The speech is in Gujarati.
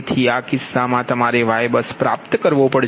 તેથી આ કિસ્સામાં તમારે YBUS પ્રાપ્ત કરવો પડશે